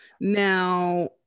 Now